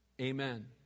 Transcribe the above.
Amen